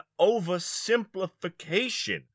oversimplification